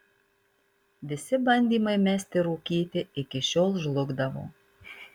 visi bandymai mesti rūkyti iki šiol žlugdavo